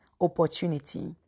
opportunity